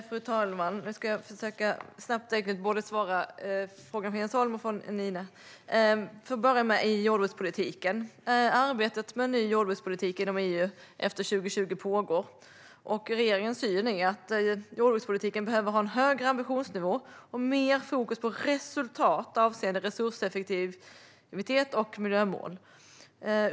Fru talman! Jag ska försöka att snabbt och enkelt besvara frågorna från både Jens Holm och Nina Lundström. Jag börjar med jordbrukspolitiken. Arbetet med en ny jordbrukspolitik inom EU efter 2020 pågår. Regeringens syn är att jordbrukspolitiken behöver ha en högre ambitionsnivå och mer fokus på resultat avseende resurseffektivitet och miljömål.